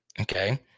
okay